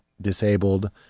disabled